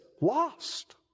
lost